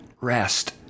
rest